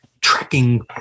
tracking